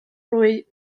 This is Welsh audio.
rwy